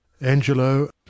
Angelo